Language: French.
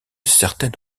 certaine